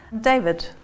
David